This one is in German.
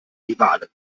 rivalen